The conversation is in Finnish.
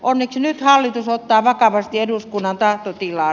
onneksi nyt hallitus ottaa vakavasti eduskunnan tahtotilan